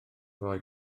roi